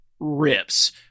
rips